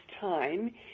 time